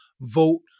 vote